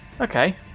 Okay